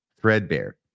threadbare